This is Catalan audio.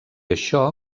això